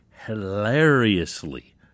hilariously